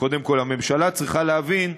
קודם כול הממשלה צריכה להבין,